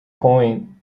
point